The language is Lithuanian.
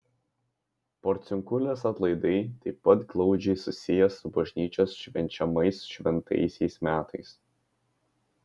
porciunkulės atlaidai taip pat glaudžiai susiję su bažnyčios švenčiamais šventaisiais metais